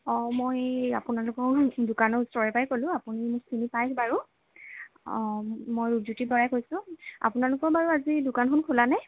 অঁ মই আপোনালোকৰ দোকানৰ ওচৰৰ পৰাই ক'লো আপুনি মোক চিনি পাই বাৰু অঁ মই ৰূপজ্য়োতি বৰাই কৈছোঁ আপোনালোকৰ বাৰু আজি দোকানখন খোলা নে